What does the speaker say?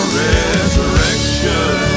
resurrection